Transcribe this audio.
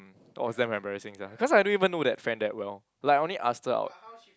um oh damn embarrassing sia cause I don't even know that friend that well like only ask her out